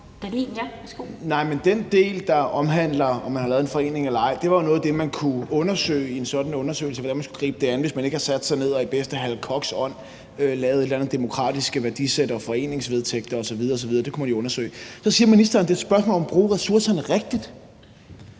den del, der omhandler det med, om man har lavet en forening eller ej, er jo noget af det, man kunne undersøge i en sådan undersøgelse, altså hvordan man skulle gribe det an, hvis man ikke har sat sig ned og i den bedste Hal Koch-ånd lavet et eller andet demokratisk værdisæt og nogle foreningsvedtægter osv, osv. Det kunne man jo undersøge. Så siger ministeren, at det er et spørgsmål om at bruge ressourcerne rigtigt.